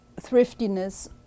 thriftiness